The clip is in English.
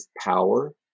power